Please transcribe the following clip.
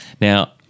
Now